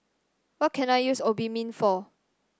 what can I use Obimin for